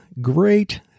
great